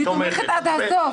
אני תומכת עד הסוף.